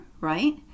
right